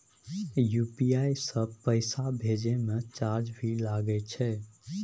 UPI से पैसा भेजै म चार्ज भी लागे छै?